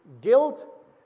guilt